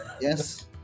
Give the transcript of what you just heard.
Yes